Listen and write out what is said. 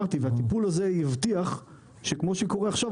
הטיפול הזה יבטיח שכמו שקורה עכשיו,